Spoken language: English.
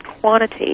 quantity